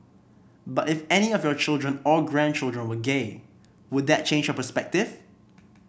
but if any of your children or grandchildren were gay would that change your perspective